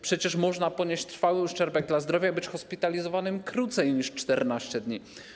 Przecież można ponieść trwały uszczerbek na zdrowiu i być hospitalizowanym krócej niż 14 dni.